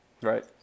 Right